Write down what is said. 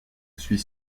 suis